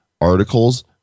articles